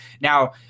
Now